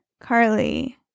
Carly